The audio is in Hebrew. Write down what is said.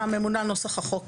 הממונה על נוסח החוק